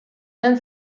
zen